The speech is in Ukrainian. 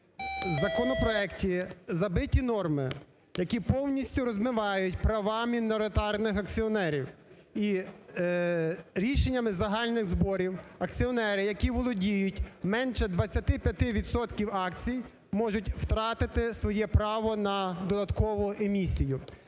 законопроекті забиті норми, які повністю розмивають права міноритарних акціонерів. І рішеннями загальних зборів акціонери, які володіють менше 25 відсотків акцій можуть втратити своє право на додаткову емісію.